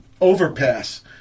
Overpass